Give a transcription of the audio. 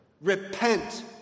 Repent